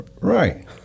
Right